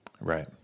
Right